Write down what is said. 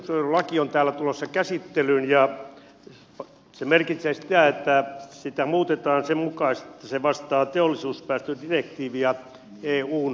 ympäristönsuojelulaki on täällä tulossa käsittelyyn ja se merkitsee sitä että sitä muutetaan sen mukaisesti että se vastaa teollisuuspäästödirektiiviä eun kautta